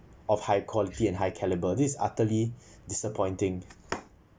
of high quality and high calibre this utterly disappointing